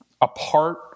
Apart